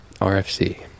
RFC